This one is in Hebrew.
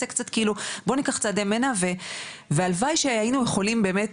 בואו ניקח צעדי מנע והלוואי שהיינו יכולים באמת,